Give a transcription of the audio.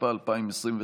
התשפ"א 2021,